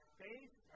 faith